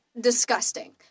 disgusting